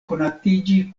konatiĝi